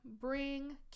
bring